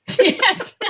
Yes